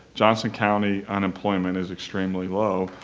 johnson county unemployment is extremely low,